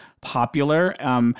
popular